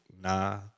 nah